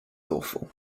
awful